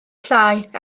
llaeth